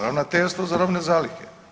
Ravnateljstvo za robne zalihe.